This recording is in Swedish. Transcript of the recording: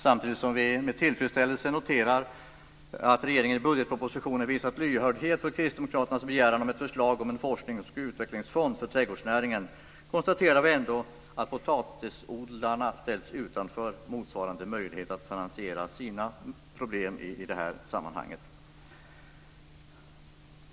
Samtidigt som vi med tillfredsställelse noterar att regeringen i budgetpropositionen visat lyhördhet för kristdemokraternas begäran om ett förslag om en forsknings och utvecklingsfond för trädgårdsnäringen konstaterar vi ändå att potatisodlarna ställs utanför motsvarande möjlighet att finansiera sina problem i det här sammanhanget.